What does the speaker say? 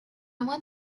want